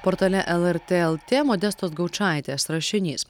portale lrt lt modestos gaučaitės rašinys